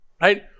Right